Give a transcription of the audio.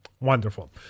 Wonderful